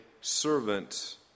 servant